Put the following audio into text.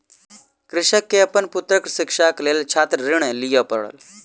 कृषक के अपन पुत्रक शिक्षाक लेल छात्र ऋण लिअ पड़ल